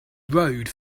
rode